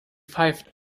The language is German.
pfeift